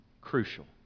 crucial